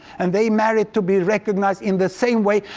and they merit to be recognized in the same way,